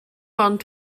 ond